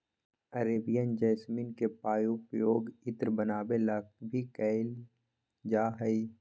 Arabian jasmine के पउपयोग इत्र बनावे ला भी कइल जाहई